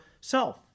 self